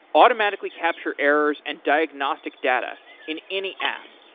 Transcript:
automatically capture errors and diagnostic data in any app.